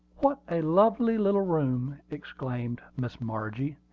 what a lovely little room! exclaimed miss margie,